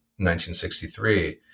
1963